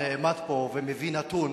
נעמד פה ומביא נתון